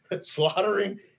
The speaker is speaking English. slaughtering